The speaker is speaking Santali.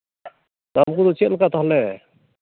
ᱫᱟᱢ ᱠᱚᱫᱚ ᱪᱮᱫ ᱞᱮᱠᱟ ᱛᱟᱦᱚᱞᱮ